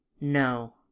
No